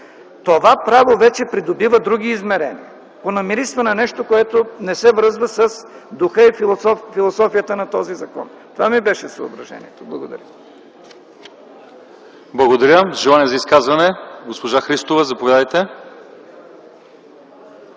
това право вече придобива други измерения. Понамирисва на нещо, което не се връзва с духа и философията на този закон. Това ми беше съображението. Благодаря. ПРЕДСЕДАТЕЛ ЛЪЧЕЗАР ИВАНОВ: Благодаря. Желание за изказвания? Госпожо Христова, заповядайте.